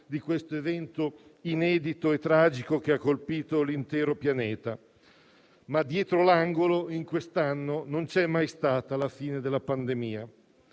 di questo evento inedito e tragico che ha colpito l'intero pianeta. Ma in questo anno dietro l'angolo non c'è mai stata la fine della pandemia.